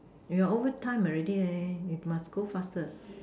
you are overtime already leh you must go faster